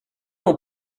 non